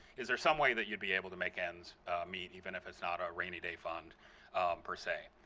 is there some way that you'd be able to make ends meet even if it's not a rainy day fund per se?